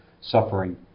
suffering